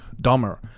dumber